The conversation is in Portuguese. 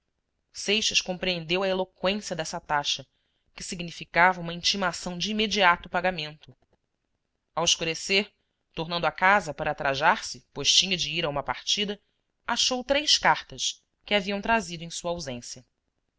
seixas compreendeu a eloqüência dessa taxa que significava uma intimação de imediato pagamento ao escurecer tornando a casa para trajar se pois tinha de ir a uma partida achou três cartas que haviam trazido em sua ausência